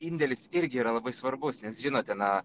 indėlis irgi yra labai svarbus nes žinote na